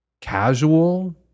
casual